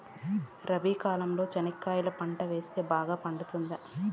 రబి కాలంలో చెనక్కాయలు పంట వేస్తే బాగా పండుతుందా?